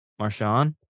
Marshawn